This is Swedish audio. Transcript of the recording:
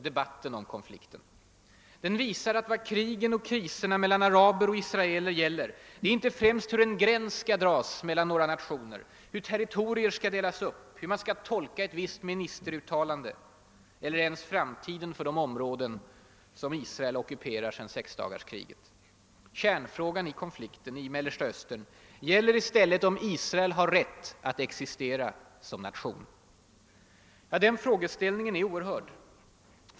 Den visar att vad krigen och kriserna mellan araber och israeler gäller inte främst är hur en gräns skall dras mel lan några nationer, hur territorier skall delas upp, hur man skall tolka ett visst ministeruttalande eiler ens framtiden för de områden som Israel ockuperar sedan sexdagarskriget. Kärnfrågan i konflikten i Mellersta Östern gäller i stället om Israel har rätt att existera som nation. Den frågeställningen är oerhörd.